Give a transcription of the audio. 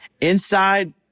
inside